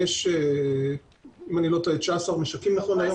אם אני לא טועה 19 משקים 14